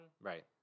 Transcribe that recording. Right